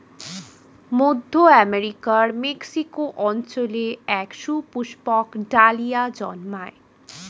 মধ্য আমেরিকার মেক্সিকো অঞ্চলে এক সুপুষ্পক ডালিয়া জন্মায়